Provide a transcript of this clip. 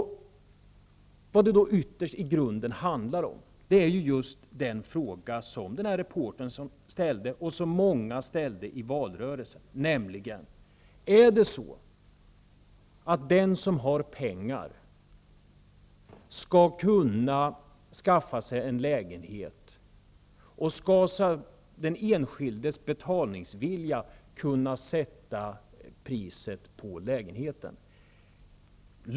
Vad det i grunden handlar om är just den fråga som reportern ställde i radion och som många ställde i valrörelsen: Skall den som har pengar kunna skaffa sig en lägenhet, och skall den enskildes betalningsvilja kunna sätta priset på lägenheten?